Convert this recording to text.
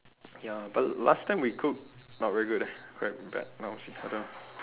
ya but last time we cook not very good leh quite bad